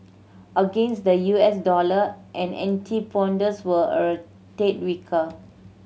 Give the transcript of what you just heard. against the U S dollar and antipodeans were a tad weaker